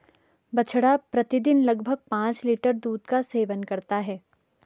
बछड़ा प्रतिदिन लगभग पांच लीटर दूध का सेवन करता है